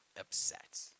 upset